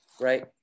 right